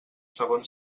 segon